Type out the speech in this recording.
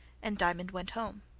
and diamond went home.